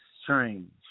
strange